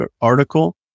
article